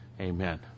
Amen